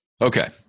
Okay